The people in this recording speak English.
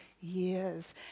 years